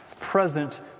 present